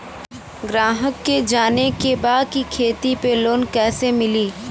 ग्राहक के जाने के बा की खेती पे लोन कैसे मीली?